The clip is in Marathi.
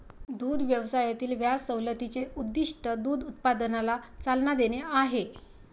दुग्ध व्यवसायातील व्याज सवलतीचे उद्दीष्ट दूध उत्पादनाला चालना देणे आहे